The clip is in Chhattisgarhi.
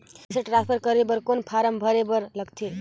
पईसा ट्रांसफर करे बर कौन फारम भरे बर लगथे?